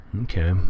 Okay